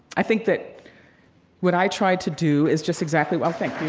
i think that what i tried to do is just exactly, well, thank you.